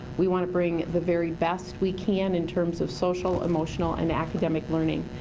we want to bring the very best we can in terms of social, emotional and academic learning.